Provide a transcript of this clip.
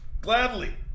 Gladly